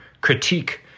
critique